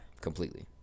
Completely